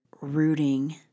rooting